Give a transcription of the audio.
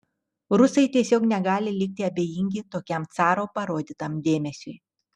rusai tiesiog negali likti abejingi tokiam caro parodytam dėmesiui